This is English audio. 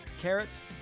Carrots